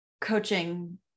coaching